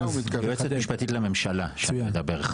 היועצת המשפטית לממשלה שאני מדבר,